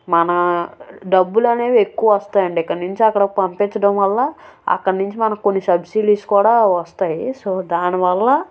మన డబ్బులు అనేవి ఎక్కువ వస్తాయండి ఇక్కడి నుంచి అక్కడకి పంపించడం వల్ల అక్కడ నుంచి మనకు కొన్ని సబ్సిడీస్ కూడా వస్తాయి సో దానివల్ల